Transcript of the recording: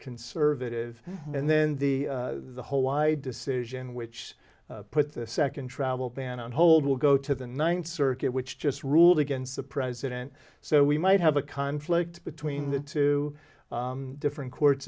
conservative and then the whole wide decision which put the second travel ban on hold will go to the ninth circuit which just ruled against the president so we might have a conflict between the two different courts